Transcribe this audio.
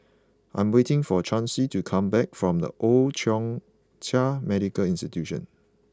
I'm waiting for Chauncey to come back from The Old Thong Chai Medical Institution